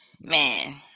man